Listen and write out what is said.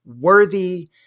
worthy